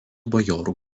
bajorų